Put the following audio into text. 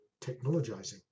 technologizing